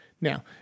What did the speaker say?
Now